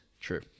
true